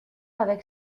avec